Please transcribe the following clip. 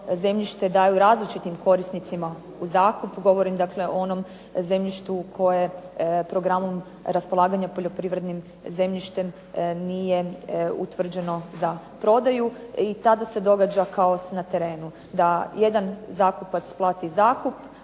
daju različitim korisnicima u zakup, govorim dakle o onom zemljištu koje programom raspolaganja poljoprivrednim zemljištem nije utvrđeno za prodaju i tada se događa kaos na terenu, da jedan zakupac plati zakup